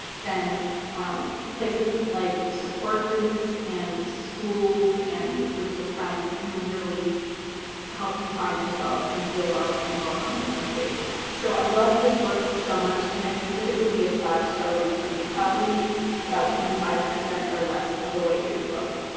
then places like support groups and schools and groups of friends can really help you find yourself and feel loved and welcomed and safe. so i loved this book so much, and i knew that it would be a five star read for me probably about twenty five percent or less of the way through the book.